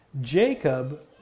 Jacob